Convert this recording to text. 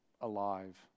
alive